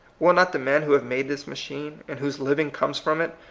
will not the men who have made this machine, and whose living comes from it,